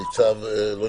הגונדר.